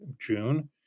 June